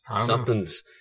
Something's